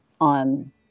on